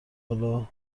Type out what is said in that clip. حالا